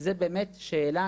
זה באמת שאלה,